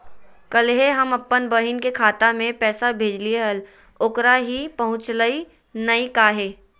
कल्हे हम अपन बहिन के खाता में पैसा भेजलिए हल, ओकरा ही पहुँचलई नई काहे?